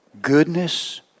Goodness